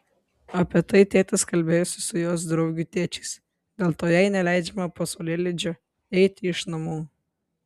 apie tai tėtis kalbėjosi su jos draugių tėčiais dėl to jai neleidžiama po saulėlydžio eiti iš namų